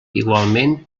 igualment